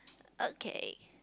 okay